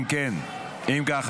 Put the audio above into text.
אם כך,